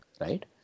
Right